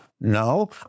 No